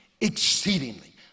exceedingly